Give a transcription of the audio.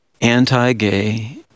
anti-gay